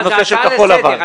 זו הצעה לסדר.